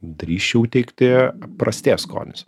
drįsčiau teigti prastės skonis